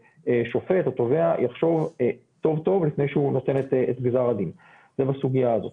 וששופט או תובע יחשוב טוב טוב לפני שהוא נותן את גזר הדין בסוגיה הזאת.